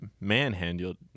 manhandled